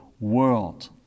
world